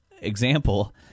example